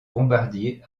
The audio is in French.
bombardiers